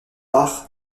rare